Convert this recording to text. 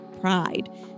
pride